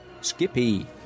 Skippy